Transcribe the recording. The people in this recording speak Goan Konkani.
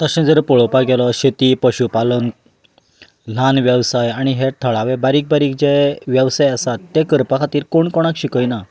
तशें जर पळोवपाक गेलो शेती पशुपालन ल्हान वेवसाय आनी हे थळावे बारीक बारीक जे वेवसाय आसात ते करपा खातीर कोण कोणाक शिकयना